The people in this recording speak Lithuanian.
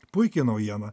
puiki naujiena